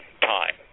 time